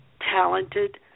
talented